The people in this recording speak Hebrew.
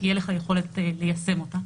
תהיה לך יכולת ליישם אותה.